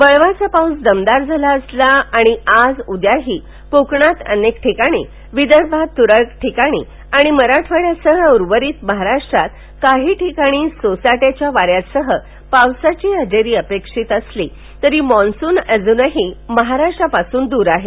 वळवाचा पाऊस दमदार झाला असला आणि आज उद्याही कोकणात अनेक ठिकाणी विदर्भात तुरळक ठिकाणी आणि मराठवाड्यासह उर्वरित महाराष्ट्रात काही ठिकाणी सोसाट्याच्या वाऱ्यासह पावसाची हजेरी अपेक्षित असली तरी मान्सून अजूनही महाराष्ट्रापासून दूर आहे